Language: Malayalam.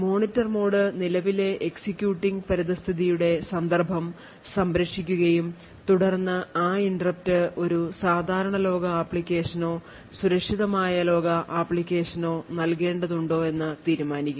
മോണിറ്റർ മോഡ് നിലവിലെ എക്സിക്യൂട്ടിംഗ് പരിതസ്ഥിതിയുടെ സന്ദർഭം സംരക്ഷിക്കുകയും തുടർന്ന് ആ interrupt ഒരു സാധാരണ ലോക ആപ്ലിക്കേഷനോ സുരക്ഷിതമായ ലോക ആപ്ലിക്കേഷനോ നൽകേണ്ടതുണ്ടോ എന്ന് തീരുമാനിക്കും